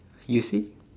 you see